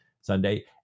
Sunday